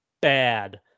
bad